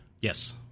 Yes